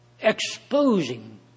exposing